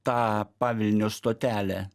tą pavilnio stotelę